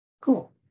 Cool